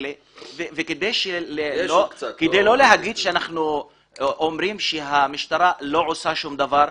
כדי לא לומר שאנחנו אומרים שהמשטרה לא עושה שום דבר,